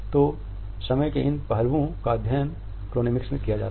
तो समय के इन पहलुओं का अध्ययन क्रोनेमिक्स में किया जाता है